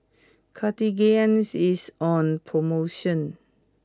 Cartigain is on promotion